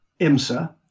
IMSA